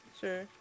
sure